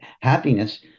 happiness